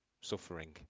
suffering